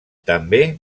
també